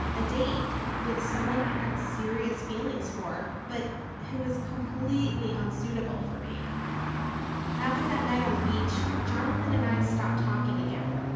a date with someone i had serious feelings for, but who was completely unsuitable for me after that night on the beach, jonathan and i stopped talking again,